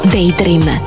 Daydream